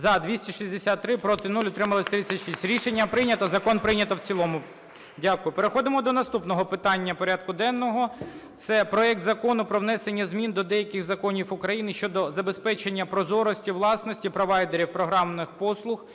За-263 Проти – 0, утримались – 36. Рішення прийнято. Закон прийнято в цілому. Дякую. Переходимо до наступного питання порядку денного – це проект Закону про внесення змін до деяких законів України щодо забезпечення прозорості власності провайдерів програмної послуги